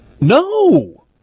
No